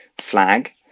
flag